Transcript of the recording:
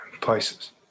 places